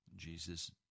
Jesus